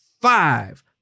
Five